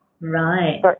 Right